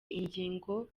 ingingo